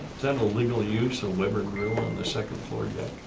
sort of a legal use a levered grill on the second floor deck?